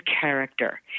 character